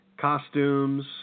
Costumes